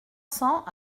cents